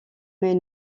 mais